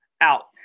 out